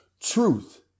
truth